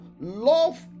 love